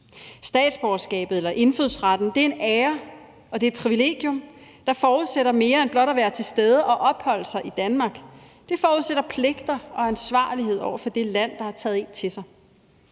Statsborgerskabet eller indfødsretten er en ære og et privilegium, der forudsætter mere end blot at være til stede og opholde sig i Danmark. Det forudsætter pligter og ansvarlighed over for det land, der har taget en til sig.